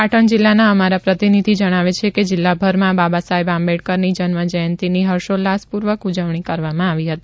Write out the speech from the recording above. પાટણ જિલ્લાના અમારા પ્રતિનિધિ જણાવે છે કે જિલ્લાભરમાં બાબાસાહેબ આબંડેકરની જન્મ જયંતિની હર્ષોલ્લાસપૂર્વક ઉજવણી કરવામાં આવી હતી